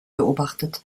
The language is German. beobachtet